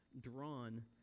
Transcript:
drawn